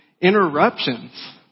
interruptions